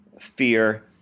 fear